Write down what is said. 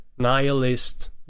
Nihilist